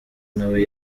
nawe